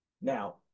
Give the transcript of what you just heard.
Now